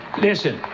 Listen